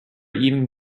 even